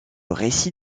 récit